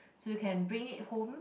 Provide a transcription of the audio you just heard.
so you can bring it home